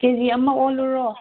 ꯀꯦꯖꯤ ꯑꯃ ꯑꯣꯜꯂꯨꯔꯣ